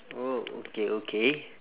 oh okay okay